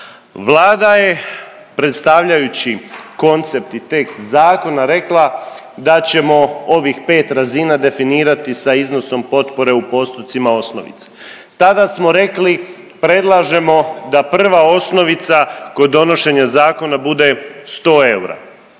Vlada je predstavljajući koncept i tekst zakona rekla da ćemo ovih 5 razina definirati sa iznosom potpore u postocima osnovice. Tada smo rekli predlažemo da prva osnovica kod donošenja zakona bude 100 eura.